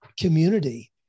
community